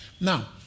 Now